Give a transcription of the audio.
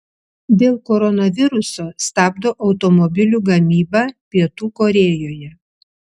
dėl koronaviruso stabdo automobilių gamybą pietų korėjoje